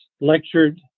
lectured